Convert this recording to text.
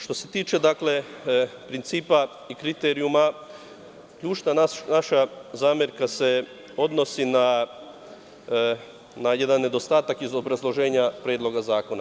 Što se tiče principa i kriterijuma, sušta naša zamerka se odnosi na jedan nedostatak iz obrazloženja Predloga zakona.